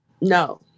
No